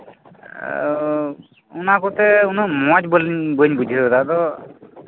ᱚᱱᱟ ᱠᱚᱛᱮ ᱩᱱᱟᱹᱜ ᱢᱚᱸᱡᱽ ᱵᱟᱹᱧ ᱵᱩᱡᱷᱟᱹᱣᱮᱫᱟ ᱟᱫᱚ